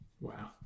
Wow